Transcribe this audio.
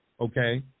okay